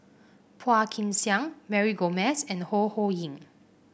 Phua Kin Siang Mary Gomes and Ho Ho Ying